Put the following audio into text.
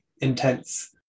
intense